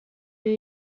new